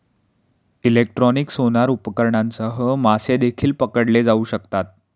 electronic sonar उपकरणांसह मासे देखील पकडले जाऊ शकतात